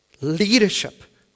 leadership